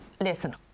listen